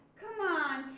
come on,